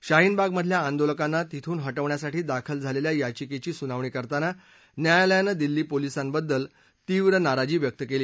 शाहीनबागमधल्या आंदोलकांना तिथून हटवण्यासाठी दाखल झालेल्या याचिकेची सुनावणी करताना न्यायालयानं दिल्ली पोलिसांबद्दल तीव्र नाराजी व्यक्त केली